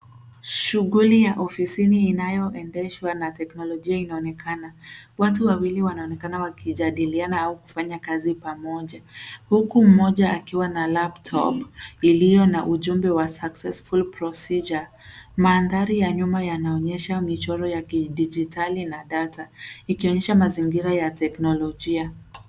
Shughuli ya ofisini inayoendeshwa na teknolojia inaonekana. Watu wawili wanaonekana wakijadiliana au kufanya kazi pamoja, huku mmoja akiwa na laptop iliyo na ujumbe wa successful procedure . Mandhari ya nyuma yanaonyesha michoro ya kidigitali na data , ikionyesha mazingira ya kiteknolojia.